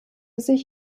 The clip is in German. sich